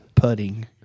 Pudding